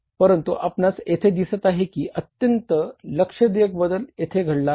परंतु आपणास येथे दिसत आहे की अत्यंत लक्ष्य देयक बदल येथे घडला आहे